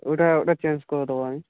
ওটা ওটা চেঞ্জ করে দেবো আমি